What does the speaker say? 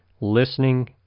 listening